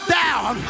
down